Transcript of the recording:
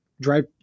drive